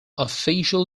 official